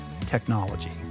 technology